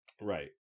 Right